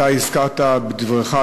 אתה הזכרת בדבריך,